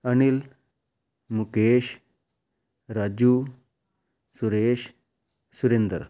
Anil Mukesh Raju Suresh Surinder